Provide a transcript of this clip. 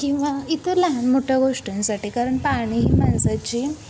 किंवा इतर लहान मोठ्या गोष्टींसाठी कारण पाणी ही माणसाची